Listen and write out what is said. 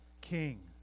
king